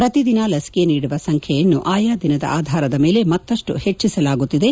ಪ್ರತಿದಿನ ಲಸಿಕೆ ನೀಡುವ ಸಂಖ್ಯೆಯನ್ನು ಆಯಾ ದಿನದ ಆಧಾರ ಮೇಲೆ ಮತ್ತಷ್ಟು ಹೆಚ್ಚಿಸಲಾಗುತ್ತಿದೆ